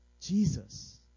Jesus